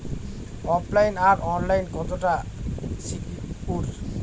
ওফ line আর online কতটা secure?